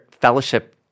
fellowship